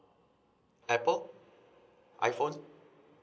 Apple iphone